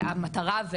המטרה,